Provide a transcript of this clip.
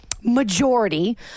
majority